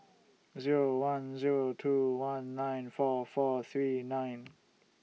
Zero one Zero two one nine four four three nine